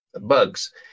bugs